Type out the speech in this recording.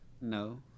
No